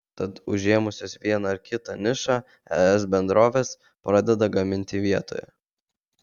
tad užėmusios vieną ar kitą nišą es bendrovės pradeda gaminti vietoje